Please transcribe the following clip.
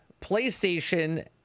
PlayStation